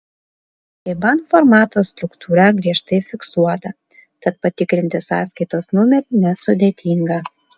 iban formato struktūra griežtai fiksuota tad patikrinti sąskaitos numerį nesudėtinga